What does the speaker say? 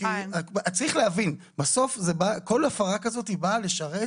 צריך להבין, כל הפרה כזאת באה לשרת